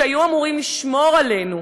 שהיו אמורים לשמור עלינו,